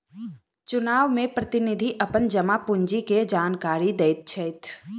चुनाव में प्रतिनिधि अपन जमा पूंजी के जानकारी दैत छैथ